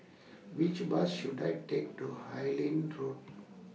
Which Bus should I Take to Harlyn Road